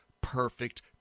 Perfect